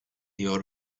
your